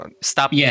stop